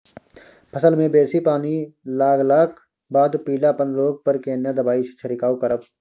फसल मे बेसी पानी लागलाक बाद पीलापन रोग पर केना दबाई से छिरकाव करब?